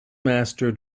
master